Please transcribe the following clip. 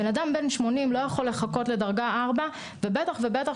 בן אדם בן 80 לא יכול לחכות לדרגה ארבע ובטח ובטח